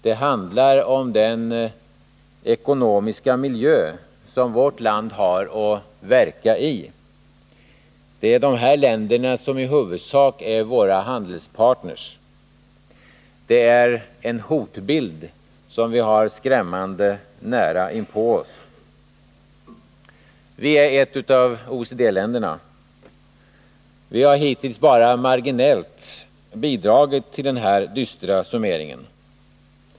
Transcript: Det handlar om den ekonomiska miljö som vårt land har att verka i. Det är OECD-länderna som i huvudsak är våra handelspartner. Det är en hotbild som vi har skrämmande nära inpå oss. Vi är ett av OECD-länderna. Vi har hittills bara marginellt bidragit till den här dystra summeringen.